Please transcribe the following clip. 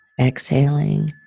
exhaling